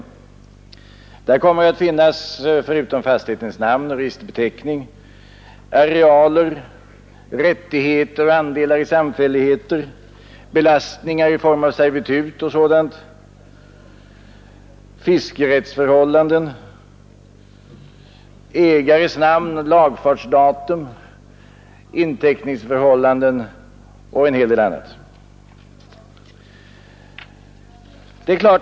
Där kommer att finnas, förutom fastighetens namn och registerbeteckning, arealer, rättigheter och andelar i samfälligheter, belastningar i form av servitut m.m., fiskerättsförhållanden, ägares namn, lagfartsdatum, inteckningsförhållanden och en hel del andra uppgifter.